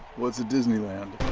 what's a disneyland?